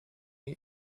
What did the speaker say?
year